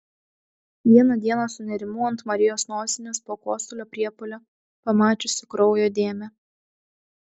vieną dieną sunerimau ant marijos nosinės po kosulio priepuolio pamačiusi kraujo dėmę